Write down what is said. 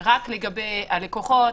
מה שהיה ברור אבל נבהיר בנוסח שזו רק ועדת חוקה.